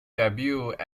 debut